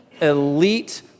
elite